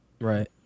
Right